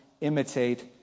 imitate